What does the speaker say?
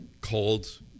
called